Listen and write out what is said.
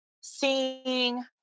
seeing